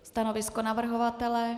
Stanovisko navrhovatele?